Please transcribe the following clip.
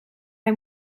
hij